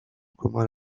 commun